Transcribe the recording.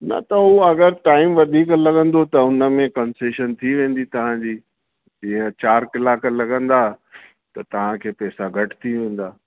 न त उहा अगरि टाइम वधीक लॻंदो त हुन में कंसेशन थी वेंदी तव्हांजी जीअं चारि कलाक लॻंदा त तव्हांखे पैसा घटि थी वेंदा